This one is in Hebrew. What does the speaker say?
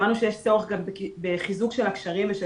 שמענו שיש צורך גם בחיזוק של הקשרים ושל